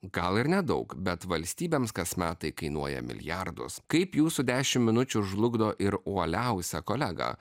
gal ir nedaug bet valstybėms kasmet tai kainuoja milijardus kaip jūsų dešimt minučių žlugdo ir uoliausią kolegą